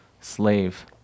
Slave